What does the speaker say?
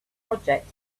project